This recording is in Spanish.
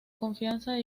confianza